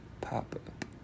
pop-up